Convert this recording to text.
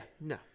no